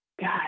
God